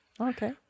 okay